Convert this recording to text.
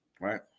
right